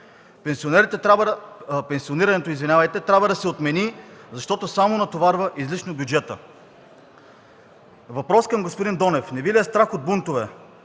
Пенсионирането трябва да се отмени, защото само натоварва излишно бюджета.” Въпрос към господин Донев: „Не Ви ли е страх от бунтове?”.